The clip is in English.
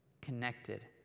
connected